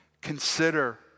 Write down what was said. consider